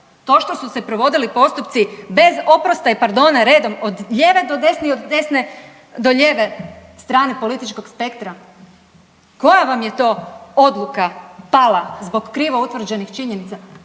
To što su se provodili postupci bez oprosta i pardona redom od lijeve do desne i od desne do lijeve strane političkog spektra. Koja vam je to odluka pala zbog krivo utvrđenih činjenica?